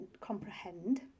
comprehend